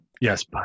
Yes